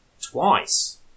twice